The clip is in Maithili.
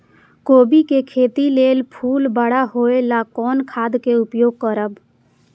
कोबी के खेती लेल फुल बड़ा होय ल कोन खाद के उपयोग करब?